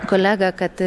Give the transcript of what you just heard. kolegą kad